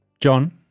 John